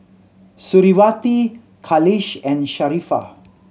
Suriawati Khalish and Sharifah